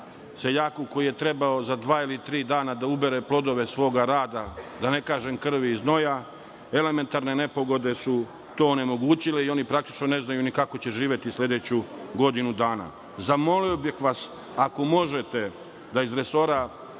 seljaku koji je za dva dana tri trebalo da ubere plodove svoga rada, da ne kažem krvi i znoja. Elementarne nepogode su to onemogućile i oni praktično ne znaju ni kako će živeti sledećih godinu dana. Zamolio bih vas, ako možete da iz resora